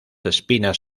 espinas